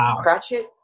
cratchit